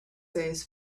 days